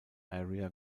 area